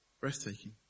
breathtaking